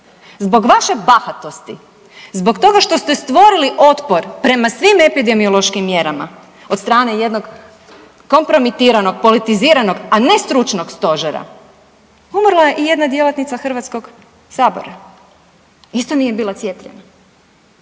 Zbog vaše bahatosti, zbog toga što ste stvorili otpor prema svim epidemiološkim mjerama od strane jednog kompromitiranog, politiziranog, a ne stručnog stožera umrla je i jedna djelatnica HS-a, isto nije bila cijepljena.